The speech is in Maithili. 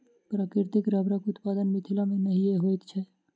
प्राकृतिक रबड़क उत्पादन मिथिला मे नहिये होइत छै